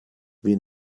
wie